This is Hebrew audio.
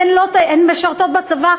הן משרתות בצבא,